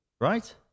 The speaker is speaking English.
Right